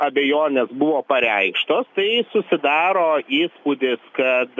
abejonės buvo pareikštos tai susidaro įspūdis kad